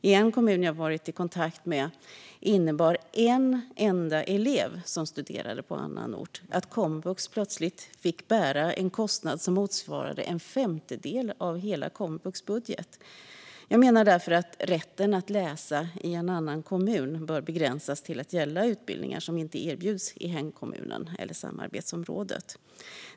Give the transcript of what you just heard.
I en kommun som jag har varit i kontakt med innebar en enda elev som studerade på annan ort att komvux plötsligt fick bära en kostnad som motsvarade en femtedel av hela komvux budget. Jag menar därför att rätten att läsa i en annan kommun bör begränsas till att gälla utbildningar som inte erbjuds i hemkommunen eller samarbetsområdet.